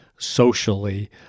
socially